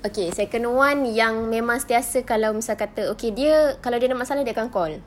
okay second one yang memang sentiasa kalau misal kata okay dia kalau dia ada masalah dia akan call